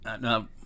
now